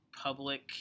public